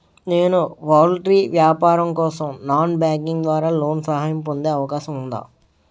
నేను పౌల్ట్రీ వ్యాపారం కోసం నాన్ బ్యాంకింగ్ ద్వారా లోన్ సహాయం పొందే అవకాశం ఉందా?